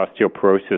osteoporosis